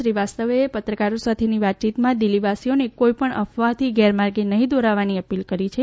શ્રીવાસ્તવે પત્રકારો સાથેની વાતચીતમાં દિલ્હીવાસીઓને કોઇપણ અફવાથી ગેરમાર્ગે નહીં દોરાવવાની અપીલ કરી છે